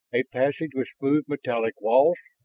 a passage with smooth metallic walls,